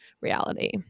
reality